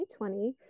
2020